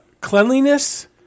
Cleanliness